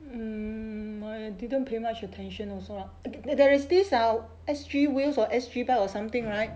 mm I didn't pay much attention also lah that there is this out S_G wheels or S_G bikes or something right